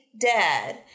dad